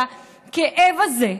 והכאב הזה,